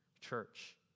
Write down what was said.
church